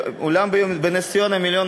אולם בנס-ציונה זה 1.2 מיליון.